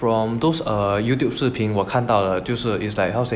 from those err Youtube 视频我看到了就是就是 how to say